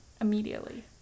immediately